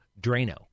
Drano